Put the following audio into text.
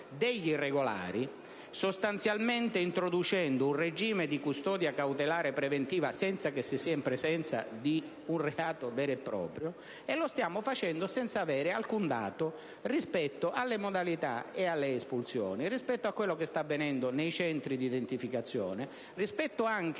di identificazione, introducendo un regime di custodia cautelare preventiva senza che si sia in presenza di un reato vero e proprio, e lo stiamo facendo senza avere alcun dato rispetto alle modalità e alle espulsioni, a quanto sta avvenendo nei centri di identificazione e rispetto anche